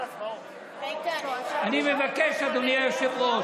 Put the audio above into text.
אני מבקש, אדוני היושב-ראש,